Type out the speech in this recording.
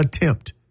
attempt